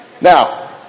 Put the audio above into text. Now